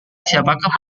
siapakah